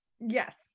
Yes